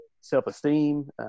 self-esteem